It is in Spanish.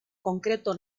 concreto